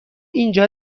اینجا